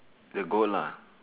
the goat lah